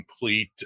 complete